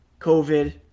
COVID